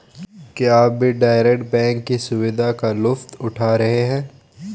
क्या आप भी डायरेक्ट बैंक की सुविधा का लुफ्त उठा रहे हैं?